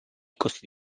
costi